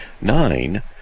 nine